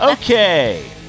Okay